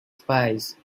spies